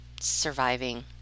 surviving